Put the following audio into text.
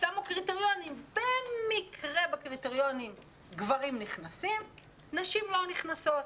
קריטריונים שממש במקרה הגברים נכנסים בהם ונשים לא נכנסות.